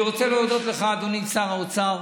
אני רוצה להודות לך, אדוני שר האוצר.